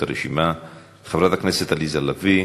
חברת הכנסת עליזה לביא,